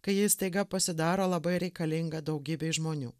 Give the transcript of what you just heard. kai jai staiga pasidaro labai reikalinga daugybei žmonių